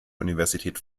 universität